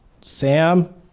Sam